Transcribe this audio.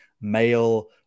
male